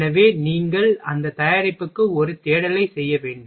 எனவே நீங்கள் அந்த தயாரிப்புக்கு ஒரு தேடலை செய்ய வேண்டும்